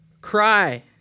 cry